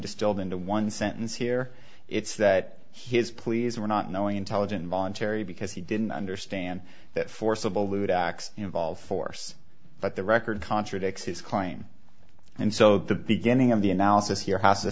distilled into one sentence here it's that his pleas were not knowing intelligent voluntary because he didn't understand that forcible lewd acts involve force but the record contradicts his claim and so the beginning of the analysis here has to